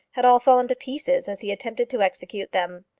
had all fallen to pieces as he attempted to execute them.